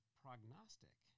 prognostic